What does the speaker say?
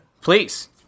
Please